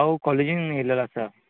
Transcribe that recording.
हांव कॅालेजीन येल्लो आसा